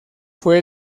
fue